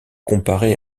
comparé